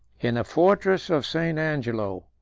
in the fortress of st. angelo,